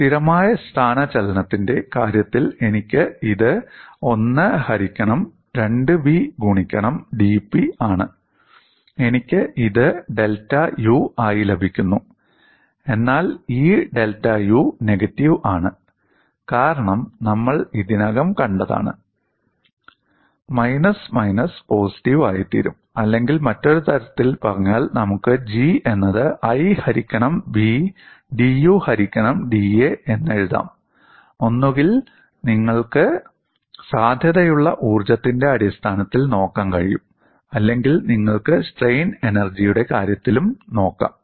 സ്ഥിരമായ സ്ഥാനചലനത്തിന്റെ കാര്യത്തിൽ എനിക്ക് ഇത് 1 ഹരിക്കണം 2v ഗുണിക്കണം dP ആണ് എനിക്ക് ഇത് ഡെൽറ്റ U ആയി ലഭിക്കുന്നു എന്നാൽ ഈ ഡെൽറ്റ U നെഗറ്റീവ് ആണ് കാരണം നമ്മൾ ഇതിനകം കണ്ടതാണ് മൈനസ് മൈനസ് പോസിറ്റീവ് ആയിത്തീരും അല്ലെങ്കിൽ മറ്റൊരു തരത്തിൽ പറഞ്ഞാൽ നമുക്ക് G എന്നത് "1 ഹരിക്കണം B" 'dU ഹരിക്കണം da' എന്ന് എഴുതാം ഒന്നുകിൽ നിങ്ങൾക്ക് സാധ്യതയുള്ള ഊർജ്ജത്തിന്റെ അടിസ്ഥാനത്തിൽ നോക്കാൻ കഴിയും അല്ലെങ്കിൽ നിങ്ങൾക്ക് സ്ട്രെയിൻ എനർജിയുടെ കാര്യത്തിലും നോക്കാം